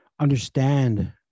understand